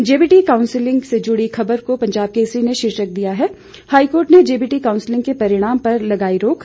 JBT counselling से जुड़ी खबर को पंजाब केसरी ने शीर्षक दिया है हाईकोर्ट ने जेबीटी काउंसलिंग के परिणाम पर लगाई रोक